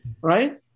Right